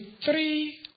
three